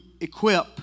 equip